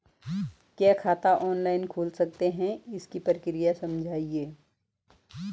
क्या खाता ऑनलाइन खोल सकते हैं इसकी प्रक्रिया समझाइए?